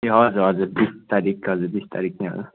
ए हजुर हजुर बिस तारिक हजुर बिस तारिक नै हो